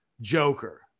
joker